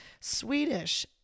Swedish